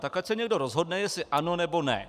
Tak ať se někdo rozhodne, jestli ano, nebo ne.